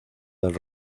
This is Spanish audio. del